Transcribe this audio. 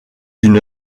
une